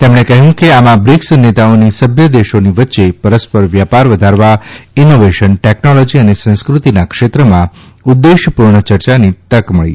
તેમણે કહ્યું છે કે આમાં બ્રિક્સ નેતાઓને સભ્ય દેશોની વચ્ચે પરસ્પર વ્યાપાર વધારવા ઇનોવેશન ટેકનોલોજી અને સંસ્કૃતિના ક્ષેત્રમાં ઉદ્દેશ્યપૂર્ણ ચર્ચાની તક મળી